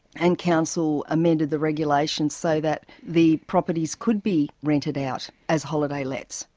and council amended the regulations so that the properties could be rented out as holiday lets.